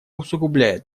усугубляет